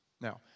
Now